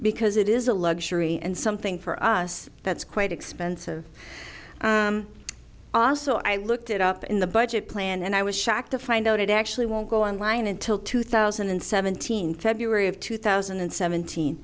because it is a luxury and something for us that's quite expensive also i looked it up in the budget plan and i was shocked to find out it actually won't go on line until two thousand and seventeen february of two thousand and seventeen